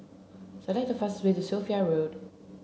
select the fastest way to Sophia Road